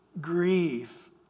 grieve